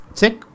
check